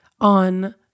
on